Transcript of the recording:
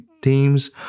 teams